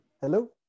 Hello